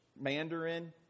Mandarin